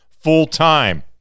full-time